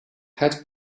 had